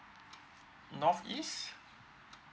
north east